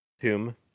Tomb